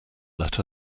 let